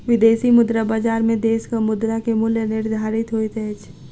विदेशी मुद्रा बजार में देशक मुद्रा के मूल्य निर्धारित होइत अछि